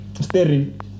staring